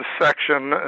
Section